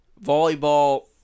Volleyball